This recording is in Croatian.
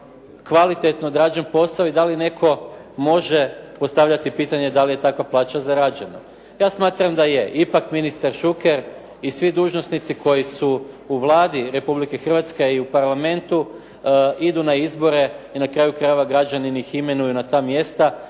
kvalitetno odrađen posao i da li netko može postavljati pitanje da li je takva plaća zarađena. Ja smatram da je. Ipak ministar Šuker i svi dužnosnici koji su u Vladi Republike Hrvatske a i u parlamentu idu na izbore. I na kraju krajeva, građani ih imenuju na ta mjesta